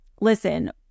listen